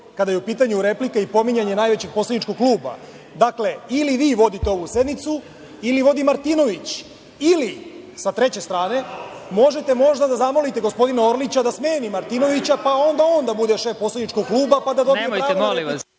kada je u pitanju replika i pominjanje najvećeg poslaničkog kluba. Dakle, ili vi vodite ovu sednicu ili vodi Martinović, ili sa treće strane možete možda da zamolite gospodina Orlića da smeni Martinovića pa onda on da bude šef poslaničkog kluba… **Vladimir Marinković** Molim vas,